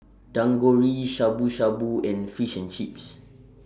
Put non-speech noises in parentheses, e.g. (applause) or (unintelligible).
(unintelligible) Shabu Shabu and Fish and Chips